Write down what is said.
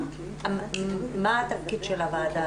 מה התפקיד של הוועדה הזאת?